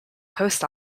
post